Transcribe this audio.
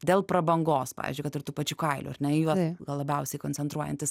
dėl prabangos pavyzdžiui kad ir tų pačių kailių ar ne į juos gal labiausiai koncentruojantis